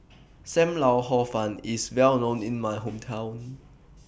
SAM Lau Hor Fun IS Well known in My Hometown